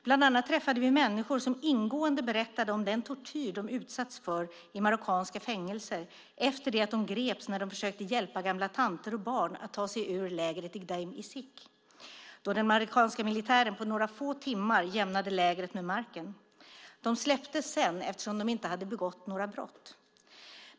Bland annat träffade vi människor som ingående berättade om den tortyr de utsatts för i marockanska fängelser efter det att de gripits när de försökt hjälpa gamla tanter och barn att ta sig ur lägret Gdeim Izik då den marockanska militären på några få timmar jämnade lägret med marken. De släpptes sedan, eftersom de inte hade begått några brott.